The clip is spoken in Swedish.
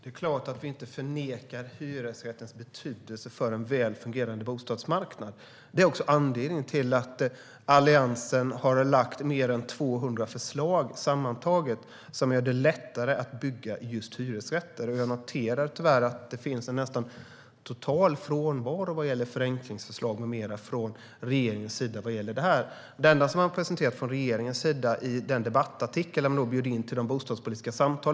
Herr talman! Det är klart att vi inte förnekar hyresrättens betydelse för en väl fungerande bostadsmarknad. Det är anledningen till att Alliansen sammantaget har lagt fram fler än 200 förslag som gör det lättare att bygga just hyresrätter. Jag noterar tyvärr att det finns en nästan total frånvaro av förenklingsförslag med mera från regeringen. Det enda regeringen har presenterat är den debattartikel där man bjöd in till bostadspolitiska samtal.